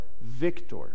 victor